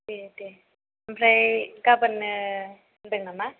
दे दे ओमफ्राय गाबोननो होनदों नामा